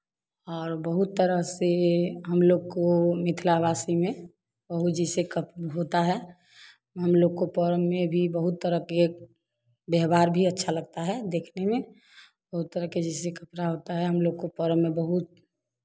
और बहुत तरह से हम लोग को मिथलावासी में बहुत जैसे कप होता है हम लोग के पोर्म में भी बहुत तरह के व्यवहार भी अच्छा लगता है देखने में बहुत तरह के जैसे कपरा होता है हम लोग को पोर्म में बहुत